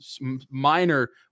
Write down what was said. minor